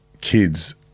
kids